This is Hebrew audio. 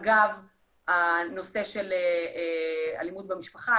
אגב הנושא של אלימות במשפחה,